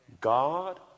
God